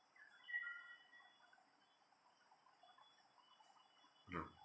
mm